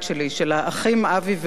של האחים אבי ואורן.